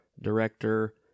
director